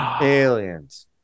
Aliens